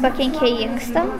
pakenkė inkstam